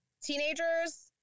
teenagers